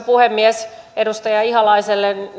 puhemies edustaja ihalaiselle